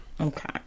Okay